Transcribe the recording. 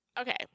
Okay